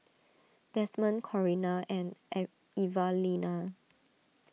Desmond Corrina and An Evalena